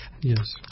Yes